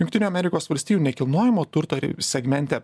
jungtinių amerikos valstijų nekilnojamo turto ri segmente